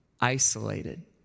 isolated